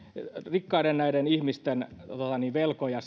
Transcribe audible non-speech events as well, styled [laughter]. rikkaiden ihmisten velkoja [unintelligible]